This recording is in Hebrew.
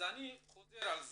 אני חוזר על זה.